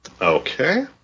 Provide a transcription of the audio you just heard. Okay